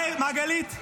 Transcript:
--- מה, גלית?